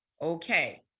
Okay